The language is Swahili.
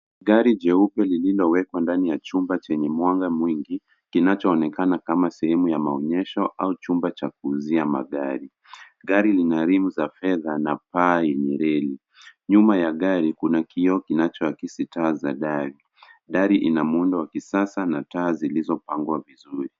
Gari jeupe liliowekwa ndani ya chumba chenye mwanga mwingi kinachoonekana kama sehemu ya maonyesho au chumba cha kuuzia magari. Gari lina rimu za fedha na paa yenye reli, nyuma ya gari kuna kioo kinachoakisi taa za gari. Gari ina muundo wa kisasa na taa zilizopangwa vizuri.